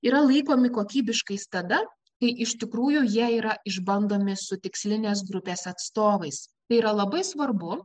yra laikomi kokybiškais tada kai iš tikrųjų jie yra išbandomi su tikslinės grupės atstovais tai yra labai svarbu